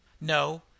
No